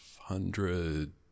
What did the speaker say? hundred